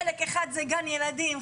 חלק אחד זה גן ילדים,